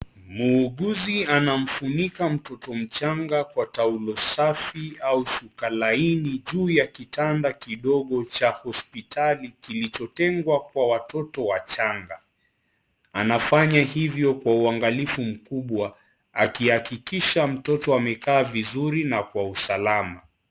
Muuguzi anamfunika mtoto mchanga kwa taulo safi au shuka laini juu ya kitanda kidogo cha hospitali kilichotengwa kwa watoto wachanga, anafanya hivyo kwa uangalifu mkubwa akihakikisha mtoto amekaa vizuri na kwa usalama.